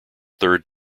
third